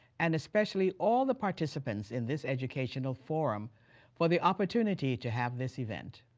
and especially all the participants in this educational forum for the opportunity to have this event.